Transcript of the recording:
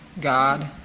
God